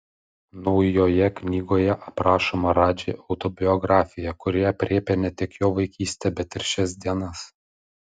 naujoje knygoje aprašoma radži autobiografija kuri aprėpia ne tik jo vaikystę bet ir šias dienas